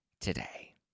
today